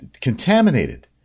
contaminated